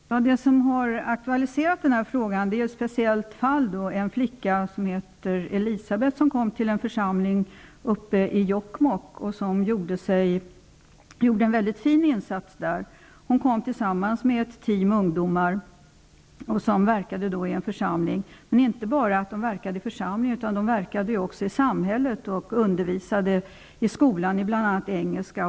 Herr talman! Det som har aktualiserat den här frågan är ett speciellt fall. Det var en flicka som heter Elisabeth som kom till en församling uppe i Jokk mokk och som gjorde en väldigt fin insats där. Hon kom tillsammans med ett team ungdomar som verkade i församlingen, men de verkade också i sam hället och undervisade i skolan, bl.a. i engelska.